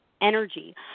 energy